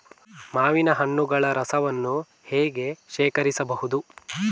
ಮಾವಿನ ಹಣ್ಣುಗಳ ರಸವನ್ನು ಹೇಗೆ ಶೇಖರಿಸಬಹುದು?